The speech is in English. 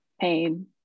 pain